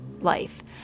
life